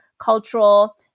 cultural